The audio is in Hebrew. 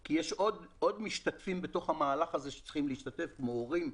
כי יש עוד משתתפים בתוך המהלך הזה שצריכים להשתתף כמו הורים,